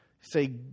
say